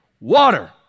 water